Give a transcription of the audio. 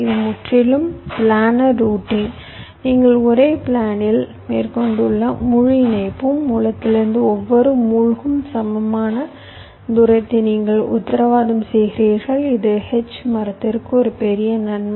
இது முற்றிலும் planar routing நீங்கள் ஒரே பிளானில் மேற்கொண்டுள்ள முழு இணைப்பும் மூலத்திலிருந்து ஒவ்வொரு மூழ்கும் சமமான தூரத்தையும் நீங்கள் உத்தரவாதம் செய்கிறீர்கள் இது H மரத்திற்கு ஒரு பெரிய நன்மை